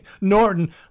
Norton